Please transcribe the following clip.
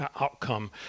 outcome